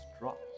drops